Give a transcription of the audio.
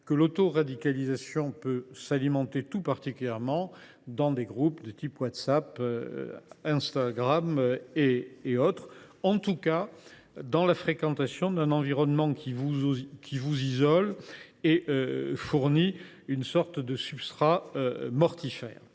que l’autoradicalisation peut s’alimenter dans des groupes WhatsApp, Telegram et autres, en tout cas dans la fréquentation d’un environnement qui isole et fournit une sorte de substrat mortifère.